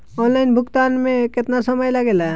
Online भुगतान में केतना समय लागेला?